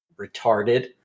retarded